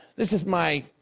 this is my